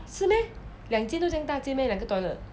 是 meh 两间都这样大间 meh 两个 toilet